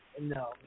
No